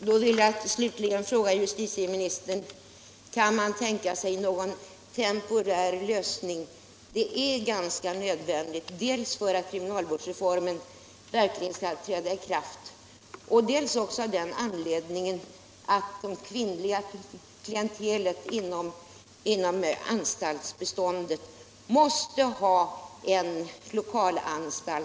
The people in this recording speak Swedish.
Herr talman! Då vill jag slutligen fråga justitieministern: Kan man tänka sig någon temporär lösning? Det är nödvändigt dels för att kriminalvårdsreformen verkligen skall träda i kraft, dels för att det kvinnliga klientelet här måste ha en lokalanstalt.